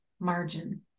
margin